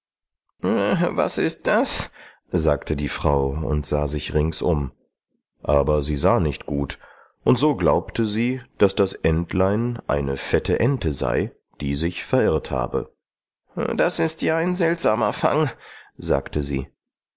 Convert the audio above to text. was ist das sagte die frau und sah sich rings um aber sie sah nicht gut und so glaubte sie daß das entlein eine fette ente sei die sich verirrt habe das ist ja ein seltsamer fang sagte sie